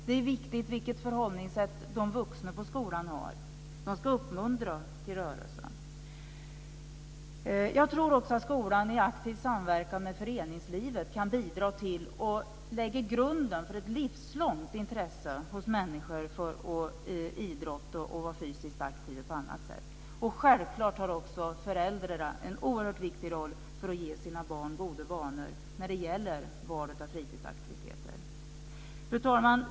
Det är viktigt vilket förhållningssätt de vuxna på skolan har. De ska uppmuntra till rörelse. Jag tror också att skolan i aktiv samverkan med föreningslivet kan bidra till att lägga grunden för ett livslångt intresse hos människor för idrott och att vara fysiskt aktiva på annat sätt. Självklart har också föräldrarna en oerhört viktig roll för att ge sina barn goda vanor när det gäller valet av fritidsaktiviteter. Fru talman!